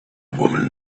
woman